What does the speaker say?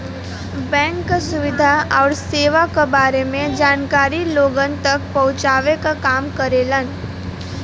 bank क सुविधा आउर सेवा क बारे में जानकारी लोगन तक पहुँचावे क काम करेलन